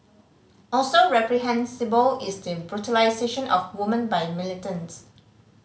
also reprehensible is the brutalisation of woman by militants